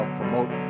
promote